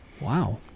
Wow